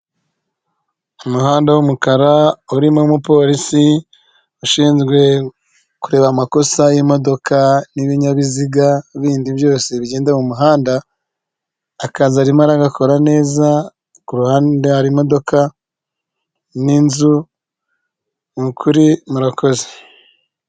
Umuhanda w'umukara urimo umupolisi ushinzwe kureba amakosa y'imodoka n'ibinyabiziga bindi byose bigenda mu muhanda, akazi arimo aragakora neza ku ruhande hari imodoka n'inzu nukuri murakoze.